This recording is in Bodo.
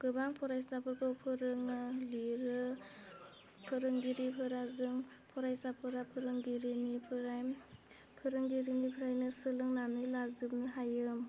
गोबां फरायसाफोरखौ फोरोङो लिरो फोरोंगिरिफोरा जों फरायसाफोरा फोरोंगिरिनि फोराय फोरोंगिरिनिफ्राइनो सोलोंनानै लाजोबोनो हायो